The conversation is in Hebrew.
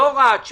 לא הוראת שעה.